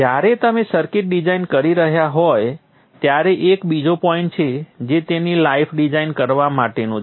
જ્યારે તમે circuit design કરી રહ્યા હોય ત્યારે એક બીજો પોઈન્ટ છે જે તેની લાઈફ ડિઝાઇન કરવા માટેનો છે